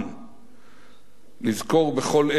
נזכור בכל אלה את תפיסת העתיד,